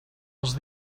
els